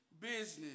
business